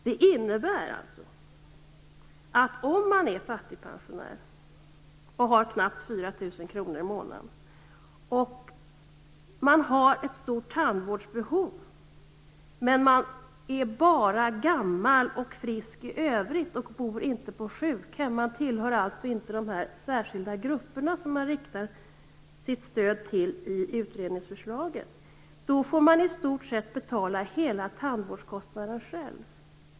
Det innebär alltså att om man är fattigpensionär och har knappt 4 000 kr i månaden, och om man har ett stort tandvårdsbehov men är "bara" gammal och frisk i övrigt och inte bor på sjukhem - om man alltså inte tillhör de särskilda grupper som stödet riktas till i utredningsförslaget - får man i stort sett betala hela tandvårdskostnaden själv.